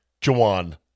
Jawan